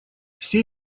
все